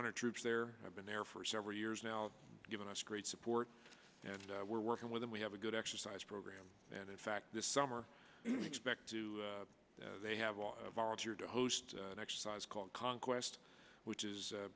hundred troops there have been there for several years now given us great support and we're working with them we have a good exercise program and in fact this summer expect to they have all volunteered to host an exercise called conquest which is